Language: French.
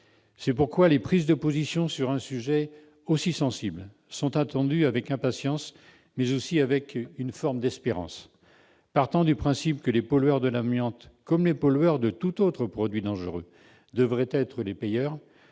C'est pourquoi les prises de position sur un sujet aussi sensible sont attendues avec impatience et une forme d'espérance. Partant du principe que les pollueurs par l'amiante, comme les pollueurs par tout autre produit dangereux, devraient être les payeurs,